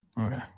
Okay